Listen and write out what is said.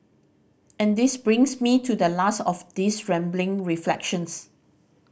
and this brings me to the last of these rambling reflections